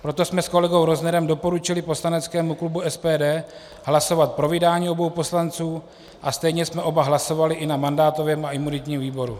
Proto jsme s kolegou Roznerem doporučili poslaneckému klubu SPD hlasovat pro vydání obou poslanců a stejně jsme oba hlasovali i na mandátovém a imunitním výboru.